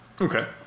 Okay